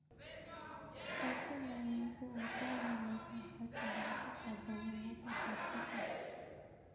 कैप्सुलैरिस ऊंचा या नीचा हर तरह कार जमीनत हछेक